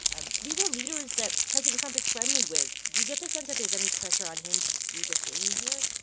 ah these are leaders that president trump is friendly with. do you get the sense that there's any pressure on him to do the same here?